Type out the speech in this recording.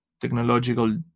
technological